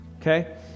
okay